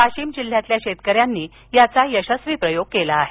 वाशीम जिल्ह्यातल्या शेतकऱ्यांनी याचा यशस्वी प्रयोग केला आहे